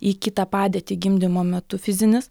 į kitą padėtį gimdymo metu fizinis